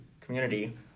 community